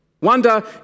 Wonder